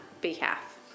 behalf